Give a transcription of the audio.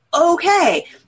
okay